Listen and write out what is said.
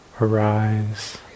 arise